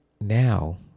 now